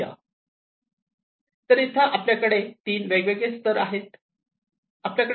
तर इथे आपल्याकडे तीन वेगवेगळे स्तर आहेत